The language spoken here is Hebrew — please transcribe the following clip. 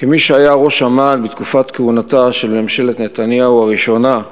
כמי שהיה ראש אמ"ן בתקופה של ממשלת נתניהו הראשונה,